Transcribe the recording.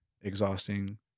exhausting